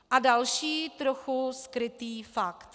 A další trochu skrytý fakt.